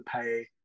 pay